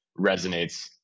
resonates